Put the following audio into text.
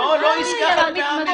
לא בעסקה חד פעמית.